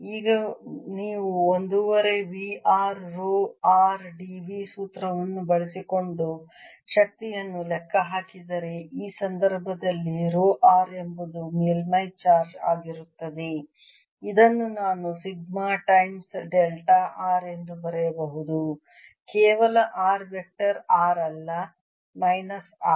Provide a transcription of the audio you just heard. ಈಗ ನೀವು ಒಂದೂವರೆ V r rho r dV ಸೂತ್ರವನ್ನು ಬಳಸಿಕೊಂಡು ಶಕ್ತಿಯನ್ನು ಲೆಕ್ಕ ಹಾಕಿದರೆ ಈ ಸಂದರ್ಭದಲ್ಲಿ ರೋ r ಎಂಬುದು ಮೇಲ್ಮೈ ಚಾರ್ಜ್ ಆಗಿರುತ್ತದೆ ಇದನ್ನು ನಾನು ಸಿಗ್ಮಾ ಟೈಮ್ಸ್ ಡೆಲ್ಟಾ r ಎಂದು ಬರೆಯಬಹುದು ಕೇವಲ r ವೆಕ್ಟರ್ r ಅಲ್ಲ ಮೈನಸ್ R